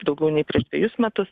daugiau nei prieš dvejus metus